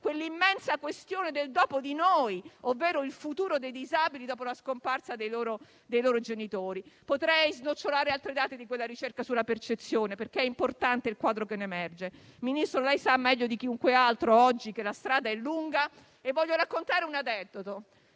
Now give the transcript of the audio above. l'immensa questione del "dopo di noi", ovvero il futuro dei disabili dopo la scomparsa dei genitori. Potrei snocciolare altri dati di quella ricerca sulla percezione, perché è importante il quadro che ne emerge. Signor Ministro, lei sa meglio di chiunque altro oggi che la strada è lunga. Voglio raccontare un aneddoto.